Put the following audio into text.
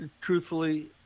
truthfully